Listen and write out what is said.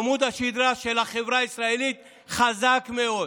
עמוד השדרה של החברה הישראלית חזק מאוד.